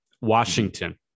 Washington